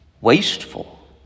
Wasteful